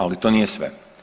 Ali to nije sve.